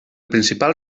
principal